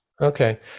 Okay